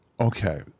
Okay